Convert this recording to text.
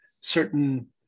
certain